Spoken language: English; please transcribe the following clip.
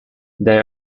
they